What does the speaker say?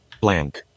Blank